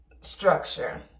structure